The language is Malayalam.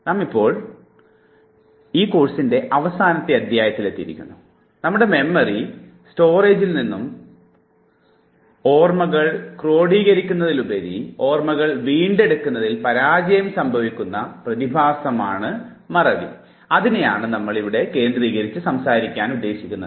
നാം ഇപ്പോൾ അവസാനത്തെ അധ്യായത്തിലെത്തിയിരിക്കുന്നു നമ്മുടെ മെമ്മറി സ്റ്റോറേജിൽ നിന്നും ഓർമ്മകൾ ക്രോഡീകരിക്കുന്നതിലുപരി ഓർമ്മകൾ വീണ്ടെടുക്കുന്നതിൽ പരാജയം സംഭവിക്കുന്ന പ്രതിഭാസമായ മറവിയെ ആയിരിക്കും ഇന്ന് കേന്ദ്രീകരിക്കുന്നത്